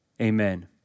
amen